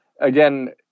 Again